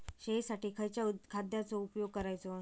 शेळीसाठी खयच्या खाद्यांचो उपयोग करायचो?